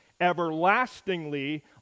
everlastingly